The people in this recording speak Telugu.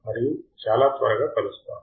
మరియు చాలా త్వరగా కలుస్తాము